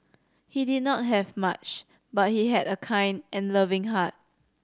he did not have much but he had a kind and loving heart